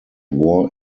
war